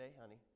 honey